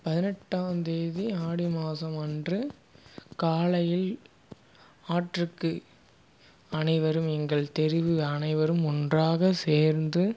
பதினெட்டாம் தேதி ஆடி மாதம் அன்று காலையில் ஆற்றுக்கு அனைவரும் எங்கள் தெருவில் அனைவரும் ஒன்றாக சேர்ந்து